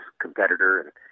competitor